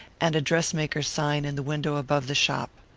and a dress-maker's sign in the window above the shop.